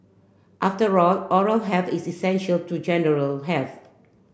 after all oral health is essential to general health